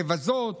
לבזות.